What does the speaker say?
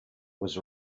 was